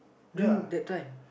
during that time